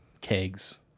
kegs